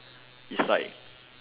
is like